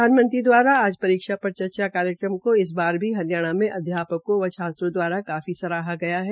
प्रधानमंत्री द्वारा आज परीक्षा पे चर्चा कार्यक्रम को इस बार भी हरियाणा में अध्यापकों व छात्रों द्वारा काफी सराहा गया है